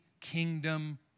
kingdom